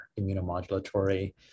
immunomodulatory